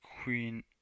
Queen